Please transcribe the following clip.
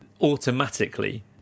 automatically